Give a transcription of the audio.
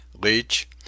Leach